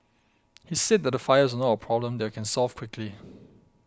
he said that the fires were not a problem that you can solve quickly